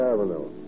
Avenue